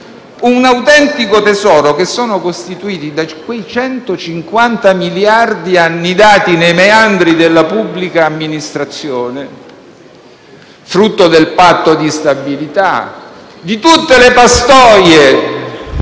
un autentico tesoro costituito da quei 150 miliardi annidati nei meandri della pubblica amministrazione, frutto del patto di stabilità, di tutte le pastoie